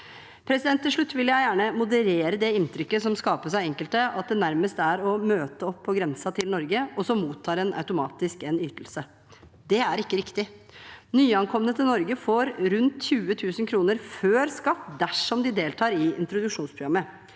bussjåfør. Til slutt vil jeg gjerne moderere det inntrykket som skapes av enkelte av at det nærmest bare er å møte opp på grensen til Norge, og så mottar man automatisk en ytelse. Det er ikke riktig. Nyankomne til Norge får rundt 20 000 kr før skatt dersom de deltar i introduksjonsprogrammet.